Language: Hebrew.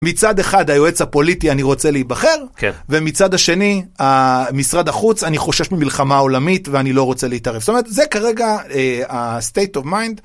מצד אחד היועץ הפוליטי אני רוצה להיבחר, ומצד השני משרד החוץ אני חושש ממלחמה עולמית ואני לא רוצה להתערב. זאת אומרת, זה כרגע הstate of mind